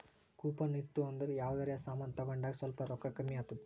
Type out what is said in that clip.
coupon ಇತ್ತು ಅಂದುರ್ ಯಾವ್ದರೆ ಸಮಾನ್ ತಗೊಂಡಾಗ್ ಸ್ವಲ್ಪ್ ರೋಕ್ಕಾ ಕಮ್ಮಿ ಆತ್ತುದ್